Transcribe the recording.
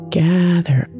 gather